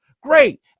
Great